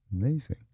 Amazing